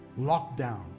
lockdown